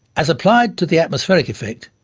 as applied to the atmospheric effect,